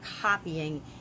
copying